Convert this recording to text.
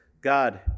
God